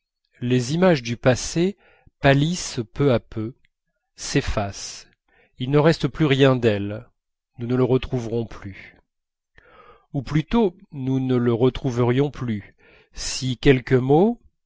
les images du passé pâlissent peu à peu s'effacent il ne reste plus rien d'elles nous ne le retrouverons plus ou plutôt nous ne le retrouverions plus si quelques mots